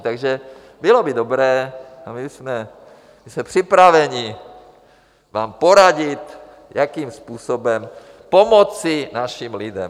Takže bylo by dobré, a my jsme připraveni vám poradit, jakým způsobem pomoci našim lidem.